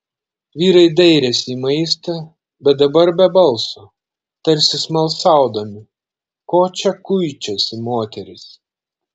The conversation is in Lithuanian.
vyrai dairėsi į maistą bet dabar be balso tarsi smalsaudami ko čia kuičiasi moterys